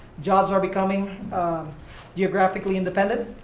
jobs are becoming geographically independent.